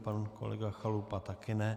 Pan kolega Chalupa také ne.